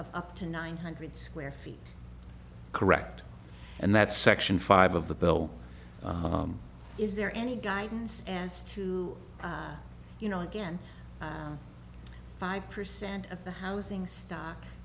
up to nine hundred square feet correct and that's section five of the bill is there any guidance as to you know again five percent of the housing stock